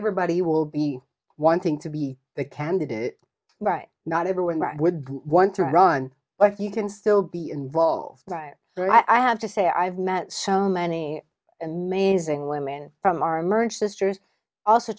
everybody will be wanting to be the candidate right not everyone would want to run but if you can still be involved right i have to say i've met so many amazing women from our merge sisters also